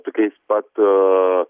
tokiais pat